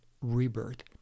rebirth